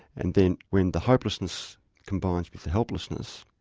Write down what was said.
and then when the hopelessness combines with the helplessness,